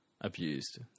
abused